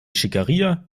schickeria